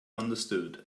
understood